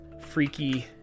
freaky